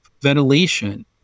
Ventilation